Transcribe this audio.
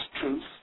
truth